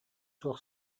суох